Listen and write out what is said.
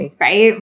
right